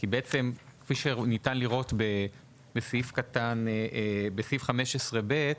כי כפי שניתן לראות בסעיף 15(ב)